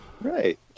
Right